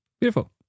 Beautiful